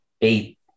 eight